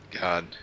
God